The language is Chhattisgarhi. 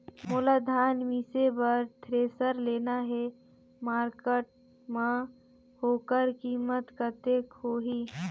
मोला धान मिसे बर थ्रेसर लेना हे मार्केट मां होकर कीमत कतेक होही?